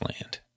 land